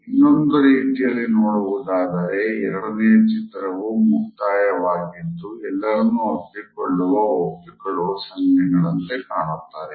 ಇನ್ನೊಂದು ರೀತಿಯಲ್ಲಿ ನೋಡುವುದಾದರೆ ಎರಡನೆಯ ಚಿತ್ರವೂ ಮುಕ್ತವಾಗಿದ್ದು ಎಲ್ಲರನ್ನು ಅಪ್ಪಿಕೊಳ್ಳುವ ಒಪ್ಪಿಕೊಳ್ಳುವ ಸಂಜ್ಞೆಗಳಂತೆ ಕಾಣುತ್ತದೆ